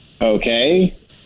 Okay